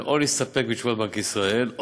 או להסתפק בתשובת בנק ישראל,